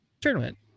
tournament